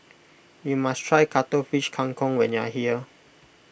you must try Cuttlefish Kang Kong when you are here